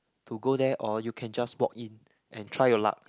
to go there or you can just walk in and try your luck